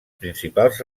principals